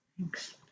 Thanks